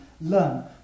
learn